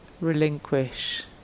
relinquish